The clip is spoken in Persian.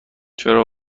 چرا